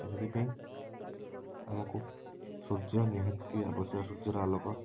ତ ସେଥିପାଇଁ ଆମକୁ ସୂର୍ଯ୍ୟ ନିହାତି ଆବଶ୍ୟକ ସୂର୍ଯ୍ୟର ଆଲୋକ